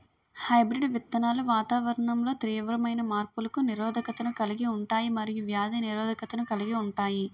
hybrid విత్తనాలు వాతావరణంలో తీవ్రమైన మార్పులకు నిరోధకతను కలిగి ఉంటాయి మరియు వ్యాధి నిరోధకతను కలిగి ఉంటాయి